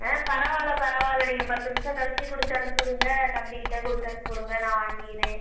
ஆ பரவாயில்லை பரவாயில்லை நீங்கள் பத்து நிமிஷம் கழிச்சு கொடுத்து அனுப்பிவிடுங்க தம்பிக்கிட்ட கொடுத்து அனுப்பிவிடுங்க நான் வாங்கிக்கிறேன்